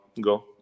go